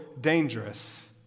dangerous